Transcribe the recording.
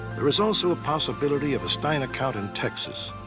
there is also a possibility of a stein account in texas.